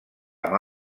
amb